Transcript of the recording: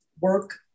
work